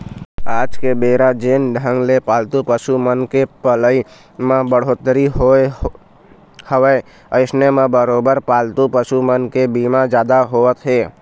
आज के बेरा जेन ढंग ले पालतू पसु मन के पलई म बड़होत्तरी होय हवय अइसन म बरोबर पालतू पसु मन के बीमा जादा होवत हे